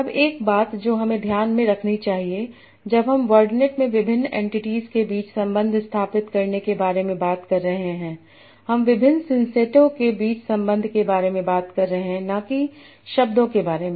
अब एक बात जो हमें ध्यान में रखनी चाहिए जब हम वर्डनेट में विभिन्न एन्टीटीज़ के बीच संबंध स्थापित करने के बारे में बात कर रहे हैं हम विभिन्न सिंसेटों के बीच संबंध के बारे में बात कर रहे हैं न कि शब्दों के बारे में